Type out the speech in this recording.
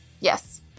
Yes